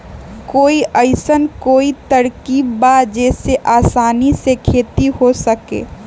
कोई अइसन कोई तरकीब बा जेसे आसानी से खेती हो सके?